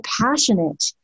passionate